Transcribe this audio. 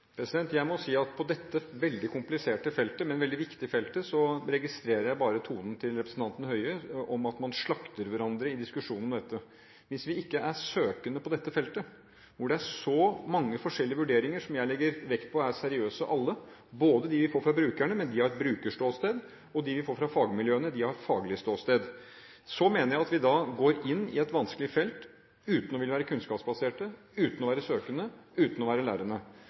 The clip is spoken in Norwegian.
feltet registrerer jeg bare tonen til representanten Høie om at man slakter hverandre i diskusjonen om dette. Hvis vi ikke er søkende på dette feltet, hvor det er så mange forskjellige vurderinger som jeg legger vekt på alle er seriøse, både dem vi får fra brukerne – men de har et brukerståsted – og dem vi får fra fagmiljøene – de har et faglig ståsted – mener jeg at vi da går inn i et vanskelig felt uten å ville være kunnskapsbaserte, uten å være søkende, uten å være lærende.